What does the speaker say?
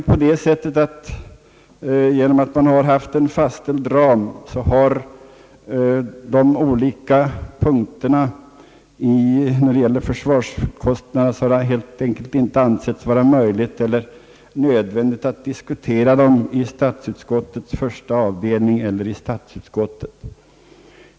På grund av att man har haft en fastställd ram har man helt enkelt inte ansett det vara möjligt eller nödvändigt att diskutera de olika punkterna när det gäller försvarskostnaderna i statsutskottets första avdelning eller statsutskottet.